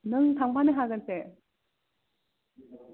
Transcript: नों थांफानो हागोनसे